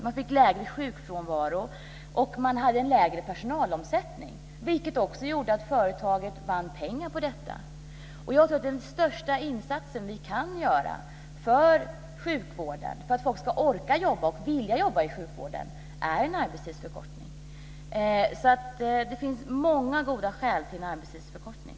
Man fick lägre sjukfrånvaro och hade lägre personalomsättning, vilket också gjorde att företaget vann pengar på detta. Jag tror att den största insatsen vi kan göra för sjukvården, för att folk ska orka och vilja jobba i sjukvården, är en arbetstidsförkortning. Det finns alltså många goda skäl till en arbetstidsförkortning.